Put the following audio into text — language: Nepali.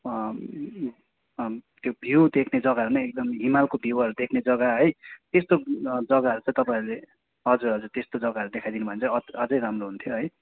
यो भ्यू देख्ने जग्गाहरू नै एकदम हिमालको भ्यूहरू देख्ने जग्गा है त्यस्तो जग्गाहरू त तपाईँहरूले हजुर हजुर त्यस्तो जग्गाहरू देखाइ दिनुभयो भने चाहिँ अझ अझै राम्रो हुन्थ्यो है